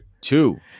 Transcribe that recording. two